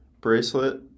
Bracelet